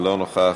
לא נוכח,